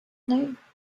night